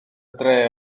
dre